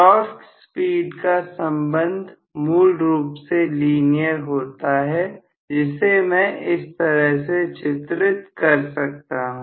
torque speed का संबंध मूल रूप से लीनियर होता है जिससे मैं इस तरह से चित्रित कर सकता हूं